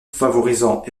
favorisant